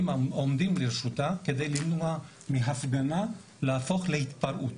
העומדים לרשותה כדי למנוע מהפגנה להפוך להתפרעות.